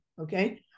okay